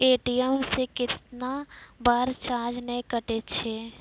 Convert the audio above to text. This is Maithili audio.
ए.टी.एम से कैतना बार चार्ज नैय कटै छै?